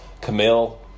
Camille